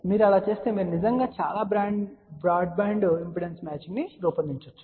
మీరు అలా చేస్తే మీరు నిజంగా చాలా బ్రాడ్బ్యాండ్ ఇంపిడెన్స్ మ్యాచింగ్ను రూపొందించవచ్చు